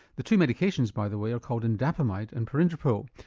the two medications, by the way, are called indapamide and perindopril,